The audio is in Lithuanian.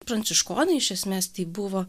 pranciškoniai iš esmės tai buvo